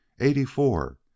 eighty-four